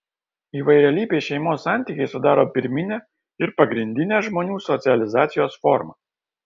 įvairialypiai šeimos santykiai sudaro pirminę ir pagrindinę žmonių socializacijos formą